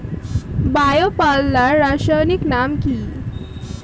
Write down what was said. Bio পাল্লার রাসায়নিক নাম কি?